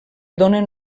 donen